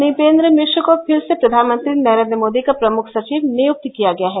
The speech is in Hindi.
नुपेन्द्र मिश्र को फिर से प्रधानमंत्री नरेन्द्र मोदी का प्रमुख सचिव नियुक्त किया गया है